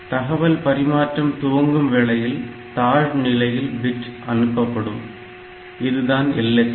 தகவல் பரிமாற்றம் துவங்கும் வேளையில் தாழ்நிலை பிட் அனுப்பப்படும் இதுதான் LSB